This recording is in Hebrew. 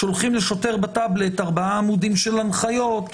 שולחים לשוטר בטבלט ארבעה עמודים של הנחיות,